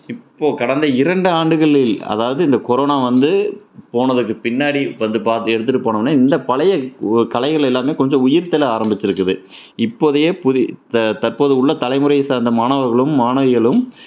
இப்போது கடந்த இரண்டு ஆண்டுகளில் அதாவது இந்த கொரோனா வந்து போனதுக்கு பின்னாடி வந்து பார்த்து எடுத்துட்டு போனோன்ன இந்த பழைய கலைகள் எல்லாம் கொஞ்சம் உயிர்த்தெழ ஆரம்பித்திருக்குது இப்போதைய தற்போது உள்ள தலைமுறையை சார்ந்த மாணவர்களும் மாணவிகளும்